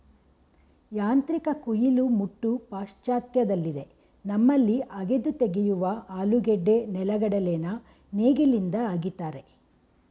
ಯಾಂತ್ರಿಕ ಕುಯಿಲು ಮುಟ್ಟು ಪಾಶ್ಚಾತ್ಯದಲ್ಲಿದೆ ನಮ್ಮಲ್ಲಿ ಅಗೆದು ತೆಗೆಯುವ ಆಲೂಗೆಡ್ಡೆ ನೆಲೆಗಡಲೆನ ನೇಗಿಲಿಂದ ಅಗಿತಾರೆ